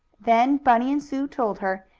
then bunny and sue told her,